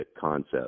concept